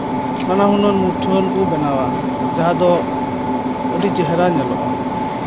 ᱱᱟᱱᱟᱦᱩᱱᱟᱹᱨ ᱢᱩᱴᱷᱟᱹᱱ ᱠᱚ ᱵᱮᱱᱟᱣᱟ ᱡᱟᱦᱟᱸ ᱫᱚ ᱟᱹᱰᱤ ᱪᱮᱦᱨᱟ ᱧᱮᱞᱚᱜᱼᱟ